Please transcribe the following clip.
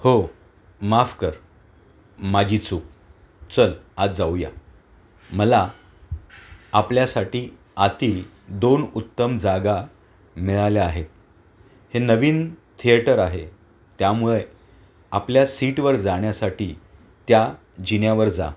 हो माफ कर माझी चूक चल आत जाऊ या मला आपल्यासाठी आतील दोन उत्तम जागा मिळाल्या आहेत हे नवीन थिएटर आहे त्यामुळे आपल्या सीटवर जाण्यासाठी त्या जिन्यावर जा